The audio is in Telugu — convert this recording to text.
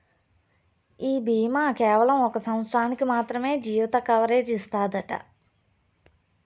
ఈ బీమా కేవలం ఒక సంవత్సరానికి మాత్రమే జీవిత కవరేజ్ ఇస్తాదట